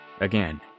Again